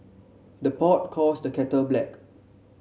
the pot calls the kettle black